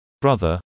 brother